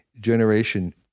generation